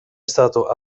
stato